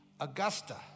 Augusta